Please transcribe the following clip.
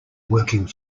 working